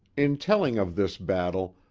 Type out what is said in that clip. in telling of this battle,